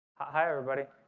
hi everybody